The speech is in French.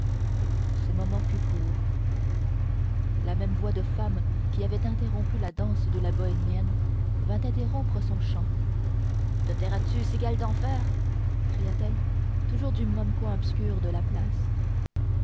ce moment fut court la même voix de femme qui avait interrompu la danse de la bohémienne vint interrompre son chant te tairas-tu cigale d'enfer cria-t-elle toujours du même coin obscur de la place